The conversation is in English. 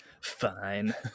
Fine